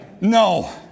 No